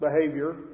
behavior